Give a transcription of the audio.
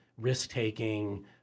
risk-taking